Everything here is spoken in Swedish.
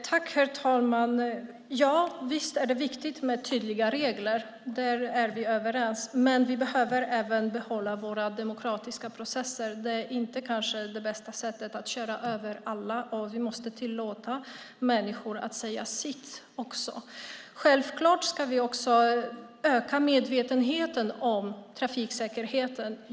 Herr talman! Visst är det viktigt med tydliga regler; där är vi överens. Men vi behöver även behålla våra demokratiska processer. Det bästa sättet är inte att köra över alla, utan vi måste tillåta människor att säga sitt. Självklart ska vi öka medvetenheten om trafiksäkerhet.